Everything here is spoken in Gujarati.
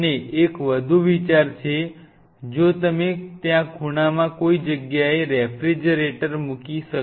અને એક વધુ વિચાર છે જો તમે ત્યાં ખૂણામાં કોઈ જગ્યાએ રેફ્રિજરેટર મૂકી શકો